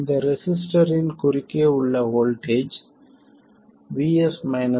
இந்த ரெசிஸ்டர்ரின் குறுக்கே உள்ள வோல்ட்டேஜ் VS V1